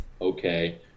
Okay